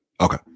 Okay